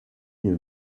here